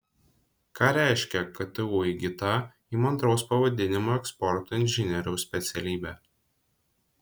ką reiškia ktu įgyta įmantraus pavadinimo eksporto inžinieriaus specialybė